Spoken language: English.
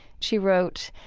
she wrote,